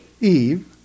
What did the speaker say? Eve